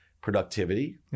productivity